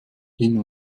hin